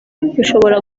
bishobora